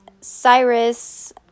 Cyrus